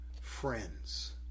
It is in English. friends